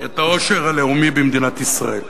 את העושר הלאומי במדינת ישראל.